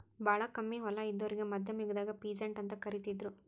ಭಾಳ್ ಕಮ್ಮಿ ಹೊಲ ಇದ್ದೋರಿಗಾ ಮಧ್ಯಮ್ ಯುಗದಾಗ್ ಪೀಸಂಟ್ ಅಂತ್ ಕರಿತಿದ್ರು